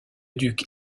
duc